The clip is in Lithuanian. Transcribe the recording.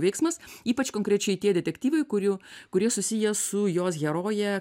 veiksmas ypač konkrečiai tie detektyvai kurių kurie susiję su jos heroje